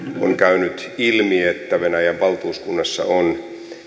on käynyt ilmi että venäjän valtuuskunnassa on